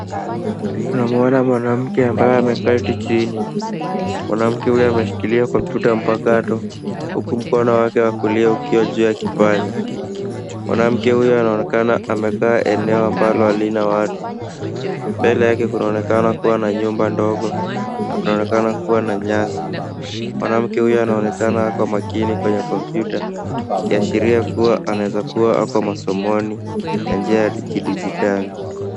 Tunamwona mwanamke ambaye ameketi chini. Mwanamke huyo ameshikilia kompyuta mpakato huku mkono wake wa kulia ukiwa juu ya kipanya. Mwanamke huyo anaonekana amekaa eneo ambalo halina watu. Mbele yake kunaonekana kuwa na nyumba ndogo na kunaonekana kuwa na nyasi. Mwanamke huyo anaonekana akiwa makini kwenye kompyuta ikiashiria kuwa anaweza kuwa ako masomoni ya njia ya kidijitali.